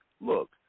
look